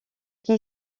qui